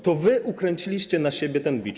To wy ukręciliście na siebie ten bicz.